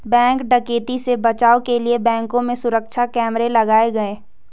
bank डकैती से बचाव के लिए बैंकों में सुरक्षा कैमरे लगाये गये